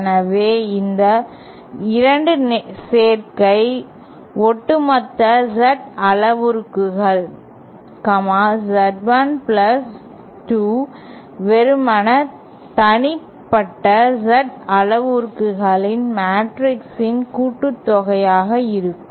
எனவே இந்த 2 சேர்க்கை ஒட்டுமொத்த Z அளவுருக்கள் Z1 2 வெறுமனே தனிப்பட்ட Z அளவுருக்கள் மேட்ரிக்ஸின் கூட்டுத்தொகையாக இருக்கும்